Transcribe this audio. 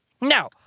Now